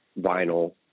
vinyl